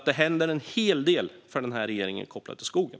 Det händer alltså en hel del från regeringen kopplat till skogen.